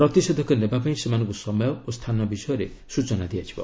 ପ୍ରତିଷେଧକ ନେବାପାଇଁ ସେମାନଙ୍କୁ ସମୟ ଓ ସ୍ଥାନ ବିଷୟରେ ସ୍ନଚନା ଦିଆଯିବ